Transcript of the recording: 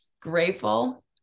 grateful